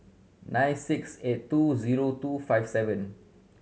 nine six eight two zero two five seven